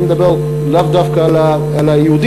אני מדבר לאו דווקא על היהודים,